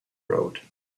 road